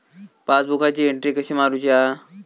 पासबुकाची एन्ट्री कशी मारुची हा?